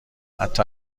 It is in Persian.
حتی